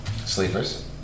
Sleepers